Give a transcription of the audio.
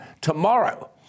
tomorrow